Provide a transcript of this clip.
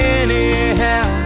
anyhow